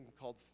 called